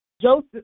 Joseph